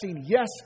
yes